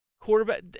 quarterback